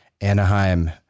Anaheim